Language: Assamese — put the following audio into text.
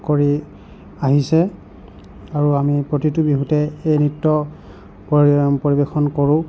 কৰি আহিছে আৰু আমি প্ৰতিটো বিহুতে এই নৃত্য পৰি পৰিৱেশন কৰোঁ